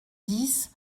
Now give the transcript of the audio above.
dix